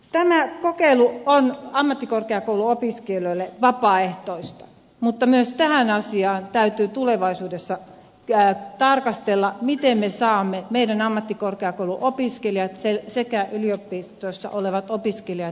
tämä kokeilu on ammattikorkeakouluopiskelijoille vapaaehtoista mutta myös tätä asiaa täytyy tulevaisuudessa tarkastella miten me saamme meidän ammattikorkeakouluopiskelijat sekä yliopistoissa olevat opiskelijat yhdenvertaiseen asemaan